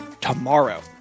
tomorrow